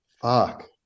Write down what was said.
fuck